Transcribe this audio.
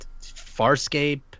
Farscape